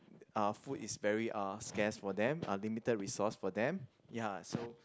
uh food is very uh scarce for them uh limited resource for them ya so